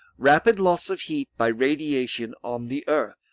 rapid loss of heat by radiation on the earth